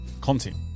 content